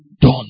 done